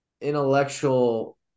intellectual